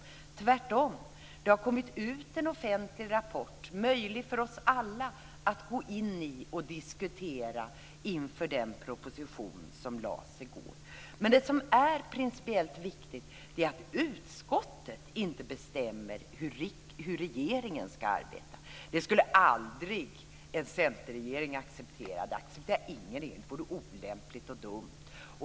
Det har tvärtom kommit en offentlig rapport, möjlig för oss alla att gå in i och diskutera inför den proposition som lades fram i går. Det som är principiellt viktigt är att utskottet inte bestämmer hur regeringen ska arbeta. Det skulle aldrig en centerregering acceptera. Det accepterar ingen regering. Det vore olämpligt och dumt.